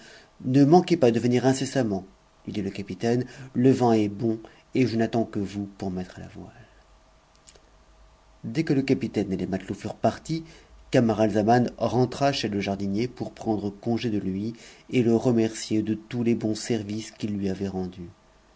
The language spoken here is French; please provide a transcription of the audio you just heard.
ne manquez pas de venir incessamment lui dit le capit ine le vent est bon et n'attends que vous pour mettre à la voile dès que le capitaine et les matelots furent partis camaralzaman ren ez te jardinier pour prendre congé de lui et le remercier de tous les bons services qu'il lui avait rendus